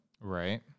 Right